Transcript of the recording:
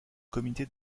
comité